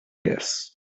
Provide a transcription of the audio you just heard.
guess